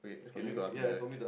okay it's for you to ask me right